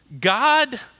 God